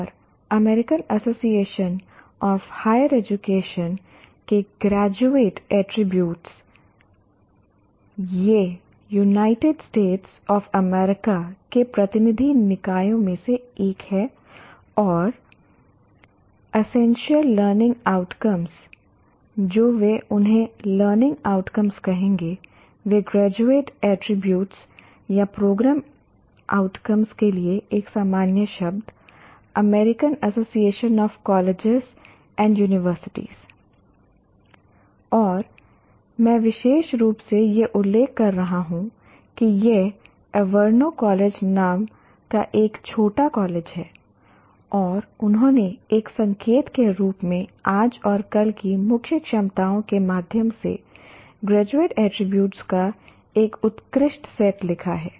और American association of higher education AAHE के graduate attributes AAHE यह यूनाइटेड स्टेट्स ऑफ अमेरिका के प्रतिनिधि निकायों में से एक है और एसेंशियल लर्निंग आउटकम्स जो वे उन्हें लर्निंग आउटकम्स कहेंगे वे ग्रेजुएट अटरीब्यूट्स या प्रोग्राम आउटकम्स के लिए एक सामान्य शब्द American association of colleges and universities और मैं विशेष रूप से यह उल्लेख कर रहा हूं कि यह एवरनो कॉलेज नाम का एक छोटा कॉलेज है और उन्होंने एक संकेत के रूप में आज और कल की मुख्य क्षमताओं के माध्यम से ग्रेजुएट अटरीब्यूट्स का एक उत्कृष्ट सेट लिखा है